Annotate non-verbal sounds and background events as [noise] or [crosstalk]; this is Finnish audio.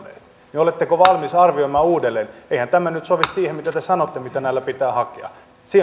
niin oletteko valmis arvioimaan sen uudelleen eihän tämä nyt sovi siihen mitä te sanotte mitä näillä pitää hakea se [unintelligible]